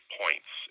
points